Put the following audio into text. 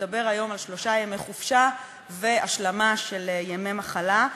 שמדבר היום על שלושה ימי חופשה והשלמה של ימי מחלה,